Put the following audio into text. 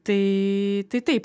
tai tai taip